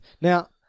Now